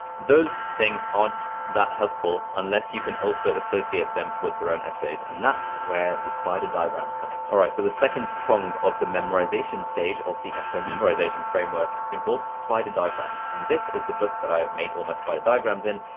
those things aren't that helpful, unless you can also associate them with their own essays andthat's where the spider diagrams is coming. all right, so the second prong of the memorization stage of the essay memorization framework involves spider diagrams and this is the book that i have made almost five diagrams in.